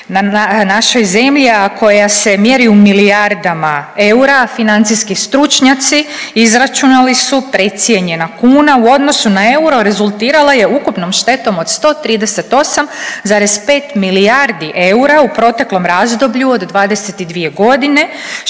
našoj zemlji, a koja se mjeri u milijardama eura, financijski stručnjaci izračunali su, precijenjena kuna u odnosu na euro rezultirala je ukupnom štetom od 138,5 milijardi eura u proteklom razdoblju od 22 godine,